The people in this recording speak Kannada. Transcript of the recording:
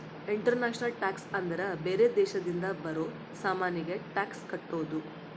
ಇಂಟರ್ನ್ಯಾಷನಲ್ ಟ್ಯಾಕ್ಸ್ ಅಂದ್ರ ಬೇರೆ ದೇಶದಿಂದ ಬರೋ ಸಾಮಾನಿಗೆ ಟ್ಯಾಕ್ಸ್ ಕಟ್ಟೋದು